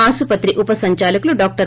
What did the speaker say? ఆసుపత్రి ఉప సంచాలకులు డాక్టర్